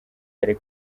yari